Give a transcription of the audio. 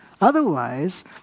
Otherwise